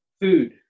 Food